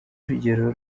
urugero